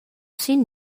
sin